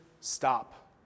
stop